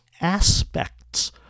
aspects